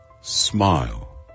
smile